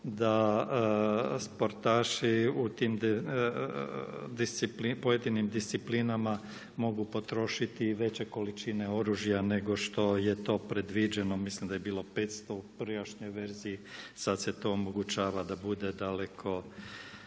da sportaši u tim pojedinim disciplinama mogu potrošiti i veće količine oružja nego što je to predviđeno. Mislim da je bilo 500 u prijašnjoj verziji, sad se to omogućava da bude daleko,